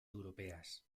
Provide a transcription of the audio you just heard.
europeas